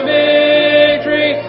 victory